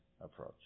approach